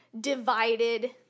divided